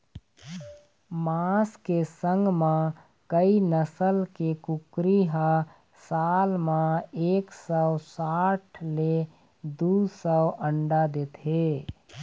मांस के संग म कइ नसल के कुकरी ह साल म एक सौ साठ ले दू सौ अंडा देथे